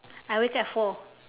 I wake up at four